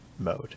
mode